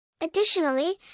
Additionally